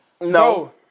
No